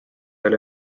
ole